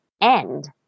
end